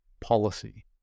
policy